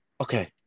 okay